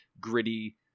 gritty